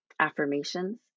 affirmations